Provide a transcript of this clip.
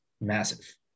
massive